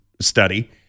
study